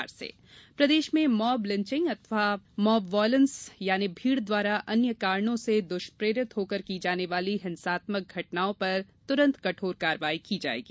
mob lynching प्रदेश में mob lynching अथवा मॉब वॉयलेंस यानि भीड़ द्वारा अन्य कारणों से दृष्प्रेरित होकर की जाने वाली हिंसात्मक घटनाएँ पर तुरंत कठोर कार्यवाही की जायेगी